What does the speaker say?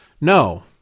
no